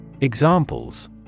Examples